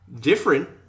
different